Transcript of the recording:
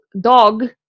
dog